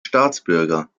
staatsbürger